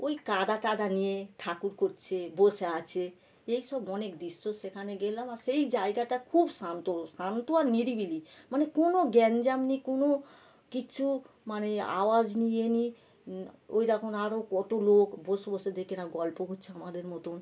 ওই কাদা টাদা নিয়ে ঠাকুর করছে বসে আছে এইসব অনেক দৃশ্য সেখানে গেলাম আর সেই জায়গাটা খুব শান্ত শান্ত আর নিরিবিলি মানে কোনও গ্যাঞ্জাম নেই কোনও কিচ্ছু মানে আওয়াজ নেই এই নেই ওইরকম আরও কত লোক বসে বসে দেখি না গল্প করছে আমাদের মতন